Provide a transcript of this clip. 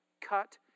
cut